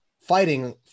fighting